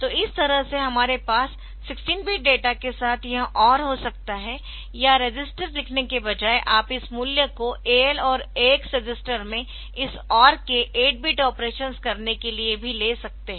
तो इस तरह से हमारे पास 16 बिट डेटा के साथ यह OR हो सकता है या रजिस्टर लिखने के बजाय आप इस मूल्य को AL और AX रजिस्टर्स में इस OR के 8 बिट ऑपरेशन्स करने के लिए भी ले सकते है